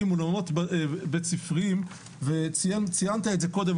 אולמות בית ספריים וציינת את זה קודם,